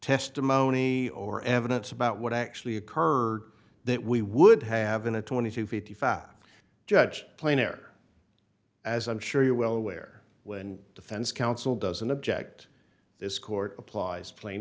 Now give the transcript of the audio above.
testimony or evidence about what actually occurred that we would have in a twenty to fifty five judge plane air as i'm sure you're well aware when defense counsel doesn't object this court applies plan